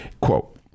Quote